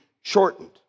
shortened